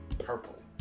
Purple